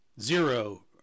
zero